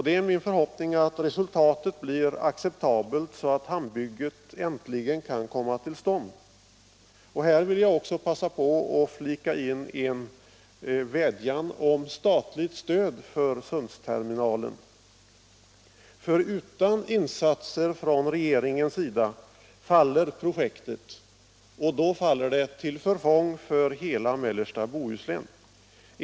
Det är min förhoppning att resultatet blir acceptabelt, så att hamnbygget äntligen kan komma till stånd. Här vill jag också passa på att flika in en vädjan om statligt stöd för Sundsterminalen, för utan insatser från regeringens sida faller projektet, och då faller det till förfång för hela mellersta Bohuslän.